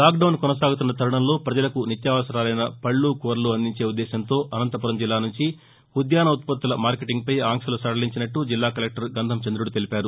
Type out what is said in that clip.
lock down కొనసాగుతున్న తరుణంలో ప్రజలకు నిత్యావసరాలైన పళ్లు కూరలు అందించే ఉ ద్దేశంతో అనంతపురం జిల్లా నుంచి ఉద్యాన ఉత్పత్తుల మార్కెటింగ్పై ఆంక్షలు సదలించినట్లు జిల్లా కలెక్టర్ గంధం చంద్రుడు తెలిపారు